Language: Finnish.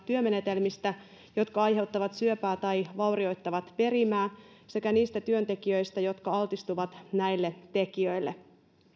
työmenetelmistä jotka aiheuttavat syöpää tai vaurioittavat perimää sekä niistä työntekijöistä jotka altistuvat näille tekijöille